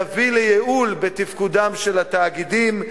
תביא לייעול בתפקודם של התאגידים,